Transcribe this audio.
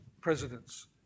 presidents